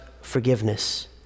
forgiveness